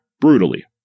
brutally